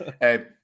Hey